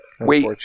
wait